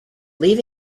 leave